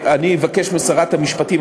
אני אבקש משרת המשפטים,